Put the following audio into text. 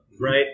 Right